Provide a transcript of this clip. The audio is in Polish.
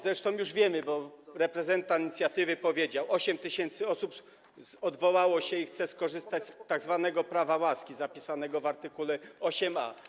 Zresztą już to wiemy, bo reprezentant inicjatywy powiedział: 8 tys. osób odwołało się i chce skorzystać z tzw. prawa łaski zapisanego w art. 8a.